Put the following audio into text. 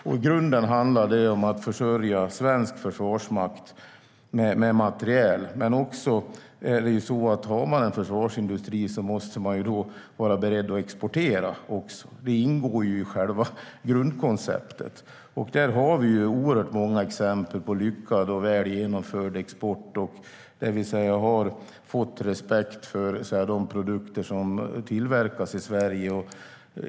I grunden handlar det om att försörja svensk försvarsmakt med materiel. Men om man har en försvarsindustri måste man också vara beredd att exportera - det ingår i själva grundkonceptet. Där har vi oerhört många exempel på lyckad och väl genomförd export där vi har fått respekt för de produkter som tillverkas i Sverige.